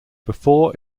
before